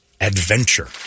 adventure